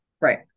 Right